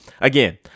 again